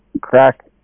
crack